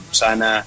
sana